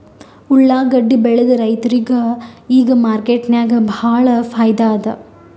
ಉಳ್ಳಾಗಡ್ಡಿ ಬೆಳದ ರೈತರಿಗ ಈಗ ಮಾರ್ಕೆಟ್ನಾಗ್ ಭಾಳ್ ಫೈದಾ ಅದಾ